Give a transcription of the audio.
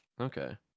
Okay